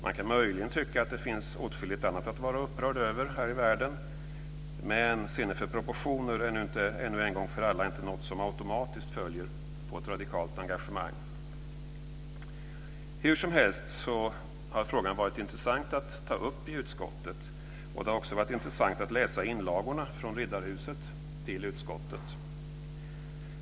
Man kan möjligen tycka att det finns åtskilligt annat att vara upprörd över här i världen, men sinne för proportioner är nu en gång för alla inte något som automatiskt följer av ett radikalt engagemang. Hur som helst har det varit intressant att ta del av frågan i utskottet. Det har också varit intressant att läsa inlagorna från riddarhuset till utskottet.